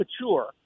mature